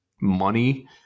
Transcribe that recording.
money